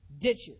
ditches